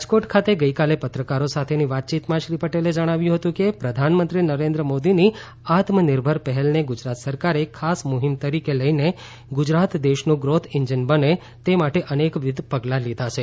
રાજકોટ ખાતે ગઇકાલે પત્રકારો સાથેની વાતચીતમાં શ્રી પટેલે જણાવ્યું હતું કે પ્રધાનમંત્રી નરેન્દ્ર મોદીની આત્મનિર્ભર પહેલને ગુજરાત સરકારે ખાસ મુહિમ તરીકે લઇને ગુજરાત દેશનું ગ્રોથ એન્જીન બને તે માટે અનેકવિધ પગલાઓ લીધા છે